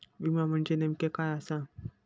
विमा म्हणजे नेमक्या काय आसा?